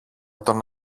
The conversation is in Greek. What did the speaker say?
τον